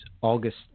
August